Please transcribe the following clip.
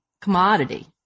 commodity